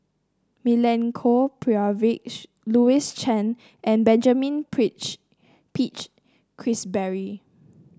Milenko Prvacki Louis Chen and Benjamin Peach Keasberry